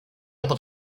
able